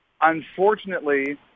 Unfortunately